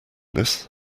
this